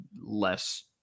less